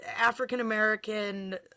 african-american